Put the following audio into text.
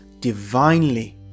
divinely